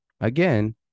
Again